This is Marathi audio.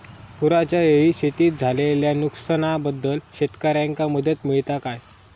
पुराच्यायेळी शेतीत झालेल्या नुकसनाबद्दल शेतकऱ्यांका मदत मिळता काय?